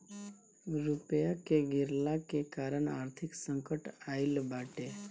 रुपया के गिरला के कारण आर्थिक संकट आईल बाटे